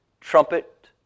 trumpet